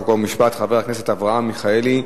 חוק ומשפט חבר הכנסת אברהם מיכאלי.